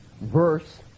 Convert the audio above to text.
verse